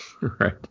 Right